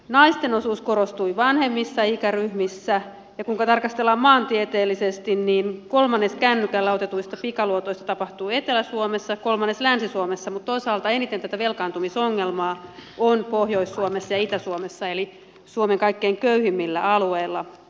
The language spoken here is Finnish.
naisten osuus korostui vanhemmissa ikäryhmissä ja kun tarkastellaan maantieteellisesti niin kolmannes kännykällä otetuista pikaluotoista tapahtui etelä suomessa kolmannes länsi suomessa mutta toisaalta eniten tätä velkaantumisongelmaa on pohjois suomessa ja itä suomessa eli suomen kaikkein köyhimmillä alueilla